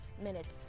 minutes